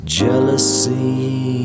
jealousy